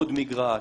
עוד מגרש,